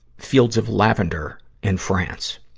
fields of lavender in france.